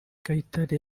kayitare